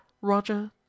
Roger